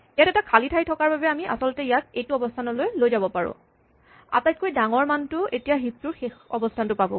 ইয়াত এটা খালী ঠাই থকাৰ বাবে আমি আচলতে ইয়াক এইটো অৱস্হানলৈ লৈ যাব পাৰোঁ আটাইতকৈ ডাঙৰ মানটো এতিয়া হিপ টোৰ শেষ অৱস্হানটো পাবগৈ